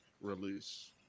release